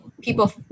people